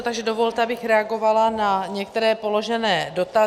Takže dovolte, abych reagovala na některé položené dotazy.